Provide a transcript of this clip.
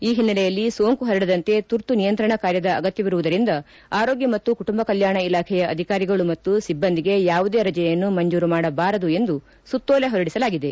ಈ ಒನ್ನೆಲೆಯಲ್ಲಿ ಸೋಂಕು ಪರಡದಂತೆ ತುರ್ತು ನಿಯಂತ್ರಣ ಕಾರ್ಯದ ಅಗತ್ಯವಿರುವುದರಿಂದ ಆರೋಗ್ಯ ಮತ್ತು ಕುಟುಂಬ ಕಲ್ಕಾಣ ಇಲಾಖೆಯ ಅಧಿಕಾರಿಗಳು ಮತ್ತು ಸಿಬ್ಬಂದಿಗೆ ಯಾವುದೇ ರಜೆಯನ್ನು ಮಂಜೂರು ಮಾಡಬಾರದು ಎಂದು ಸುತ್ತೋಲೆ ಹೊರಡಿಸಲಾಗಿದೆ